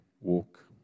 walk